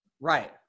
Right